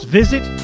visit